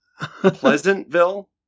pleasantville